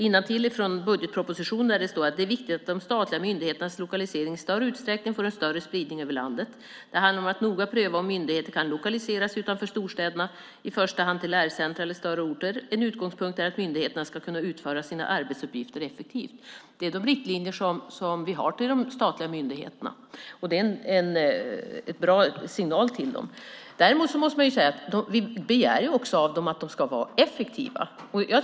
I budgetpropositionen står det: "Det är viktigt att de statliga myndigheternas lokalisering i större utsträckning får en större spridning över landet. Det handlar om att noga pröva om myndigheter kan lokaliseras utanför storstäderna, i första hand till lärcentrum eller andra större orter." Vidare står det: "En utgångspunkt är att myndigheterna ska kunna utföra sina arbetsuppgifter effektivt." Det är de riktlinjer som vi har till de statliga myndigheterna, och det är en bra signal till dem. Däremot måste man säga att vi också begär av dem att de ska vara effektiva.